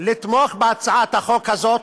לתמוך בהצעת החוק הזאת,